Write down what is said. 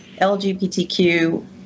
LGBTQ